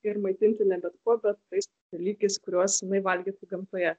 ir maitinti ne bet kuo bet tais dalykais kuriuos jinai valgytų gamtoje